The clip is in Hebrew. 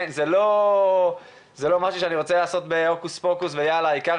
זה לא משהו שאני רוצה לעשות ב"הוקוס פוקוס" העיקר